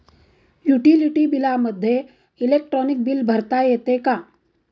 Utility बिलामध्ये electronic bill भरता येते का?